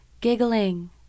giggling